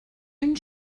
une